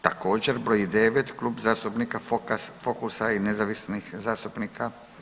Također br. 9 Klub zastupnika Fokusa i nezavisnih zastupnika.